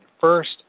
First